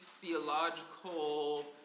theological